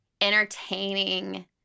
entertaining